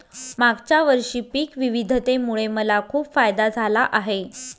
मागच्या वर्षी पिक विविधतेमुळे मला खूप फायदा झाला आहे